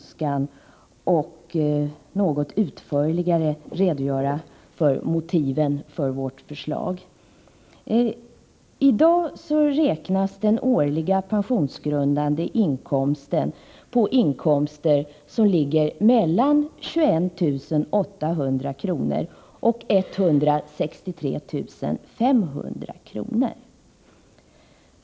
Jag skall därför något mera utförligt redogöra för motiven till vårt förslag. I dag räknas den årliga pensionsgrundande inkomsten på inkomster som ligger mellan 21 800 kr. och 163 500 kr.